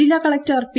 ജില്ലാ collector P